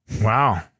Wow